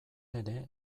ere